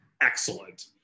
excellent